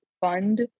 fund